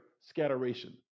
scatteration